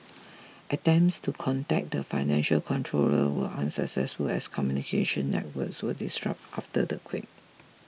attempts to contact the financial controller were unsuccessful as communication networks were disrupted after the quake